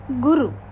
guru